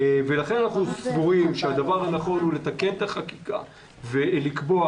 לכן אנחנו סבורים שהדבר הנכון הוא לתקן את החקיקה ולקבוע